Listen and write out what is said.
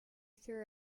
threw